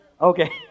Okay